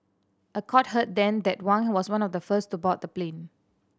a court heard then that Wang was one of the first to board the plane